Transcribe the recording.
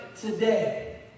today